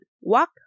walk